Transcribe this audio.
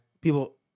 People